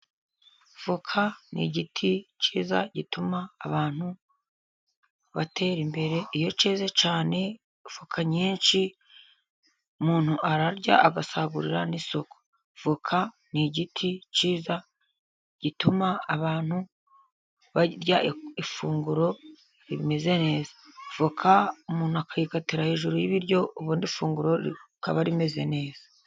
Avoka ni igiti cyiza gituma abantu batera imbere, iyo cyeze cyane avoka nyinshi umuntu ararya agasagurira n'isoko ,avoka ni igiti cyiza gituma abantu barya ifunguro rimeze neza, avoka umuntu akayikatira hejuru y'ibiryo, ubundi ifunguro rikaba rimeze neza.